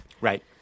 Right